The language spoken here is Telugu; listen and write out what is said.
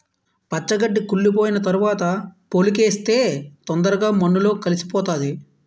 పచ్చి గడ్డి కుళ్లిపోయిన తరవాత పోలికేస్తే తొందరగా మన్నులో కలిసిపోతాది